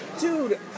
Dude